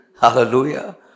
hallelujah